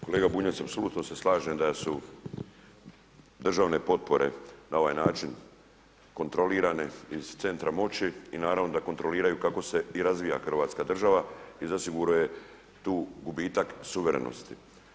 Kolega Bunjac, apsolutno se slažem da su državne potpore na ovaj način kontrolirane na ovaj način iz centra moći i naravno da kontroliraju kako se i razvija Hrvatska država i zasigurno je tu gubitak suverenosti.